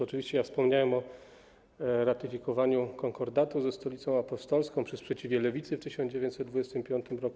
Oczywiście wspomniałem o ratyfikowaniu konkordatu ze Stolicą Apostolską przy sprzeciwie lewicy w 1925 r.